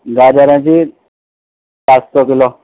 گاجر ہیں جی پانچ سو کلو